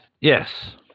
yes